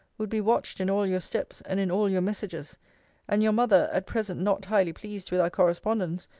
would be watched in all your steps, and in all your messages and your mother, at present not highly pleased with our correspondence,